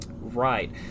Right